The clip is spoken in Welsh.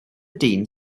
dyn